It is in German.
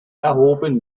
erhoben